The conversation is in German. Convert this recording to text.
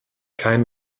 keinen